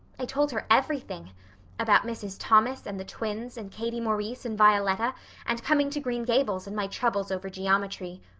i told her everything about mrs. thomas and the twins and katie maurice and violetta and coming to green gables and my troubles over geometry.